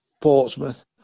Portsmouth